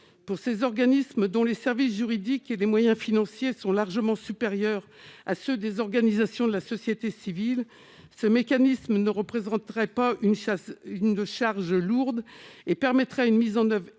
Pour ces organismes, dont les services juridiques et les moyens financiers sont largement supérieurs à ceux des organisations de la société civile, ce mécanisme ne représenterait pas une charge lourde et permettrait une mise en oeuvre efficace